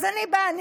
אז אני באה,